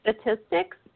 statistics